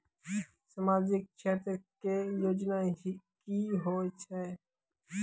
समाजिक क्षेत्र के योजना की होय छै?